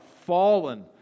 fallen